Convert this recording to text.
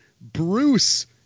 Bruce